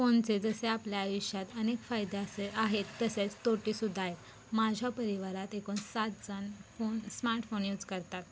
फोनचे जसे आपल्या आयुष्यात अनेक फायदे असे आहेत तसेच तोटेसुद्धा आहेत माझ्या परिवारात एकूण सातजण फोन स्मार्टफोन यूज करतात